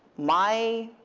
my